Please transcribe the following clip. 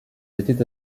étaient